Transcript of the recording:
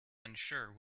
unsure